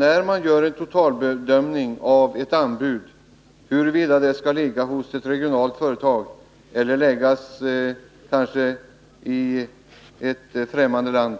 När man skall bedöma olika anbud och avgöra om upphandlingen skall ske hos ett regionalt företag eller i ett främmande land,